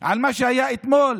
על מה שהיה אתמול